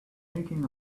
thinking